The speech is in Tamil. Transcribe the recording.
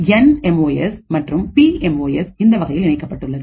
என்எம்ஓஎஸ் மற்றும் பிஎம்ஓஎஸ் இந்த வகையில் இணைக்கப்பட்டுள்ளது